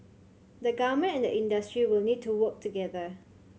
the Government and the industry will need to work together